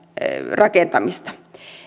rakentamista